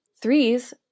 threes